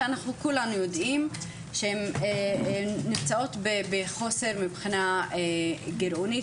שכולנו יודעים שהן נמצאות בחוסר מבחינה גרעונית,